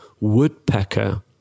woodpecker